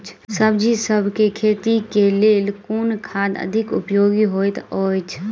सब्जीसभ केँ खेती केँ लेल केँ खाद अधिक उपयोगी हएत अछि?